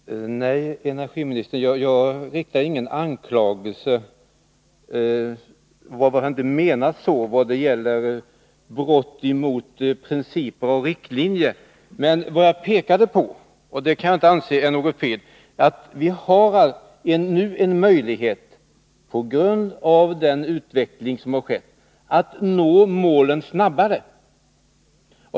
Fru talman! Nej, energiministern, vad jag sade om brott mot principer och riktlinjer var inte menat som en anklagelse. Vad jag pekade på — och det kan jaginte anse vara fel — var att vi nu, på grund av den utveckling som har skett, har en möjlighet att nå målen snabbare.